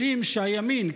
יודעים שהימין,